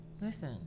listen